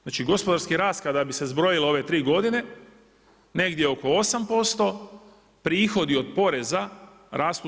Znači gospodarski rast kada bi se zbrojile ove tri godine negdje oko 8%, prihodi od poreza rastu 16%